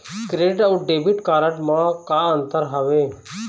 Credit अऊ debit card म का अंतर हावे?